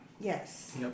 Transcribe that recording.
Yes